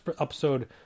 episode